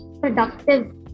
productive